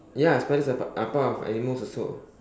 ya spiders are part are part of animals also